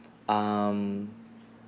um